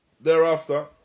Thereafter